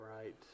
right